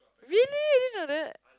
really I didn't know that